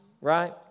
right